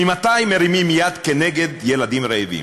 ממתי מרימים יד כנגד ילדים רעבים?